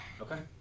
Okay